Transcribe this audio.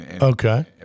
okay